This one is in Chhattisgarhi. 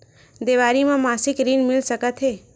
देवारी म मासिक ऋण मिल सकत हे?